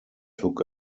took